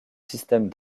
système